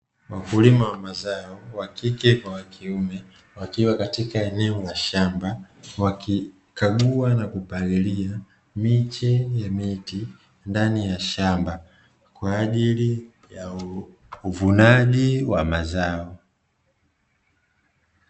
Wakulima wa mazao (Wakike kwa Wakiume), wakiwa katika eneo la shamba wakikagua na kupalilia miche ya miti ndani ya samba kwa ajili ya uvunaji mazao.